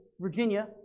Virginia